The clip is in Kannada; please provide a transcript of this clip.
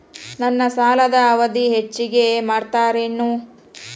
ನನ್ನ ಸಾಲದ ಅವಧಿ ಹೆಚ್ಚಿಗೆ ಮಾಡ್ತಿರೇನು?